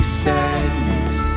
sadness